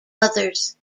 others